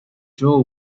joel